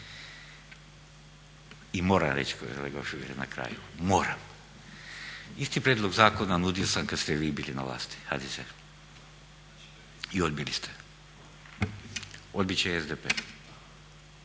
I moram reći kolega Šuker na kraju, moram, isti prijedlog zakona nudio sam kada ste vi bili na vlasti HDZ i odbili ste. Odbit će i SDP.